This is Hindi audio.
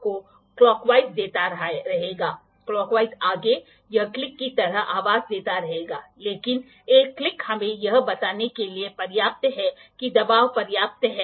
तो यह अगर तुम पालन करते हो तो कोई भ्रम नहीं होगा चाहे वह सकारात्मक हो या नकारात्मक और फिर आप विवरण प्राप्त करने का प्रयास करते हैं